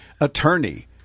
attorney